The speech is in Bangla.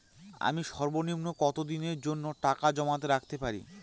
আমি সর্বনিম্ন কতদিনের জন্য টাকা জমা রাখতে পারি?